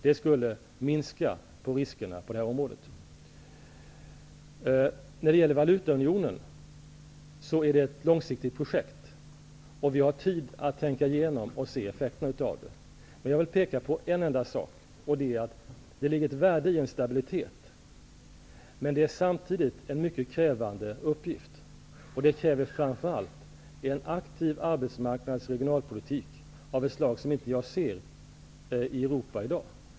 Det skulle minska på riskerna på det här området. Valutaunionen är ett långsiktigt projekt. Vi har tid att tänka igenom och se effekterna av det. Men jag vill peka på en enda sak, och det är att det ligger ett värde i en stabilitet, men att åstadkomma stabilitet är samtidigt en mycket krävande uppgift. Det kräver framför allt en aktiv arbetsmarknads och regionalpolitik av det slag som jag inte kan se i Europa i dag.